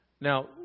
Now